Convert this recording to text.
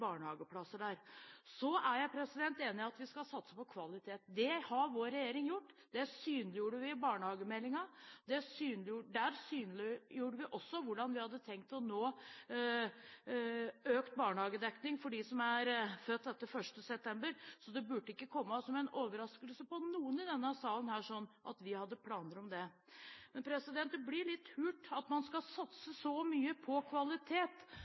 barnehageplasser der. Jeg er enig i at vi skal satse på kvalitet, og det har vår regjering gjort. Det synliggjorde vi i barnehagemeldingen. Der synliggjorde vi også hvordan vi hadde tenkt å nå økt barnehagedekning for dem som er født etter 1. september, så det burde ikke komme som en overraskelse på noen i denne salen at vi hadde planer om det. Men det blir litt hult at når man skal satse så mye på kvalitet,